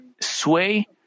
sway